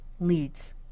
leads